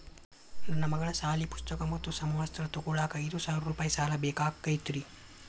ನನ್ನ ಮಗಳ ಸಾಲಿ ಪುಸ್ತಕ್ ಮತ್ತ ಸಮವಸ್ತ್ರ ತೊಗೋಳಾಕ್ ಐದು ಸಾವಿರ ರೂಪಾಯಿ ಸಾಲ ಬೇಕಾಗೈತ್ರಿ